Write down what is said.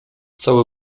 cały